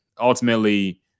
ultimately